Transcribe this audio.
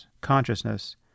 consciousness